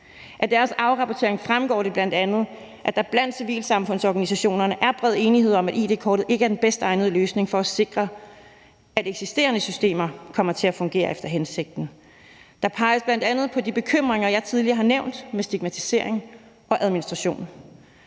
Af deres afrapportering fremgår det bl.a., at der blandt civilsamfundsorganisationerne er bred enighed om, at id-kortet ikke er den bedst egnede løsning for at sikre, at eksisterende systemer kommer til at fungere efter hensigten. Der peges bl.a. på de bekymringer, jeg tidligere har nævnt, med stigmatisering og administration.